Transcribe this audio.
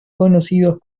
conocidos